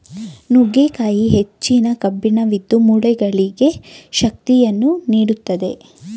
ನುಗ್ಗೆಕಾಯಿ ಹೆಚ್ಚಿನ ಕಬ್ಬಿಣವಿದ್ದು, ಮೂಳೆಗಳಿಗೆ ಶಕ್ತಿಯನ್ನು ನೀಡುತ್ತದೆ